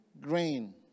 grain